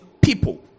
people